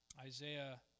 Isaiah